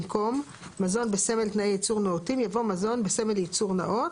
במקום "מזון בסמל תנאי ייצור נאותים" יבוא "מזון בסמל ייצור נאות